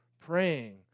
praying